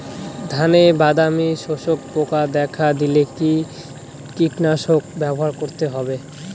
ধানে বাদামি শোষক পোকা দেখা দিলে কি কীটনাশক ব্যবহার করতে হবে?